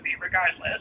regardless